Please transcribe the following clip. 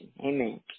Amen